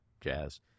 jazz